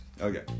Okay